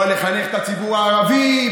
בא לחנך את הציבור הערבי,